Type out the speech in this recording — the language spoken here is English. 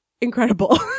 incredible